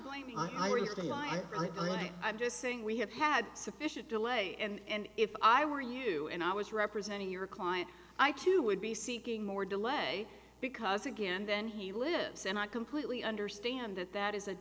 away i'm just saying we have had sufficient delay and if i were you and i was representing your client i too would be seeking more delay because again then he lives and i completely understand that that is a